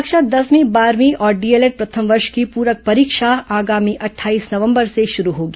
कक्षा दसवीं बारहवीं और डीएलएड प्रथम वर्ष की प्रक परीक्षा आगामी अट्ठाईस नवंबर से शुरू होगी